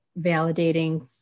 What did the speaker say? validating